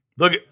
Look